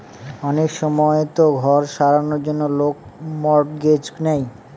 অনেক সময়তো ঘর সারানোর জন্য লোক মর্টগেজ নেয়